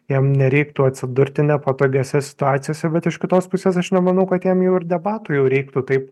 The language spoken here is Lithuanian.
jam nereiktų atsidurti nepatogiose situacijose bet iš kitos pusės aš nemanau kad jam jau ir debatų jau reiktų taip